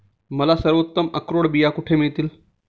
मला सर्वोत्तम अक्रोड बिया कुठे मिळतील